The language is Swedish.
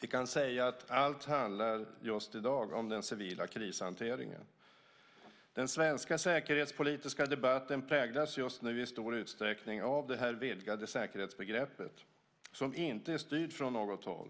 Vi kan säga att allt handlar just i dag om den civila krishanteringen. Den svenska säkerhetspolitiska debatten präglas just nu i stor utsträckning av det här vidgade säkerhetsbegreppet, som inte är styrt från något håll.